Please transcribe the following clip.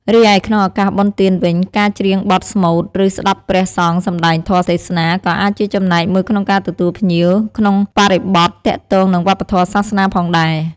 រីឯក្នុងឱកាសបុណ្យទានវិញ ការច្រៀងបទស្មូត ឬ ស្ដាប់ព្រះសង្ឃសម្ដែងធម៌ទេសនាក៏អាចជាចំណែកមួយក្នុងការទទួលភ្ញៀវ ក្នុងបរិបទទាក់ទងនឹងវប្បធម៌សាសនាផងដែរ។